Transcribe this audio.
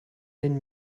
den